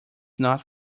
not